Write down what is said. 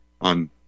on